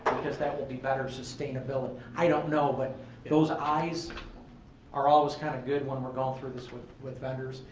because that will be better sustainability. i don't know, but those eyes are always kind of good when we're going through this with with vendors.